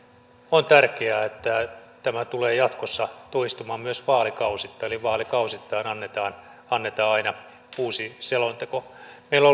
on tärkeää että tämä tulee jatkossa toistumaan myös vaalikausittain eli vaalikausittain annetaan annetaan aina uusi selonteko meillä